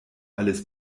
alles